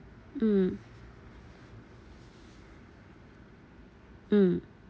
mm mm